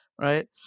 Right